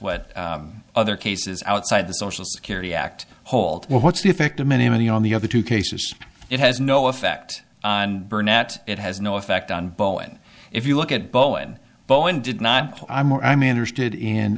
what other cases outside the social security act hold well what's the effect of many many on the other two cases it has no effect on burnett it has no effect on bowen if you look at bowen bowen did not i'm or i'm interested in